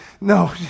No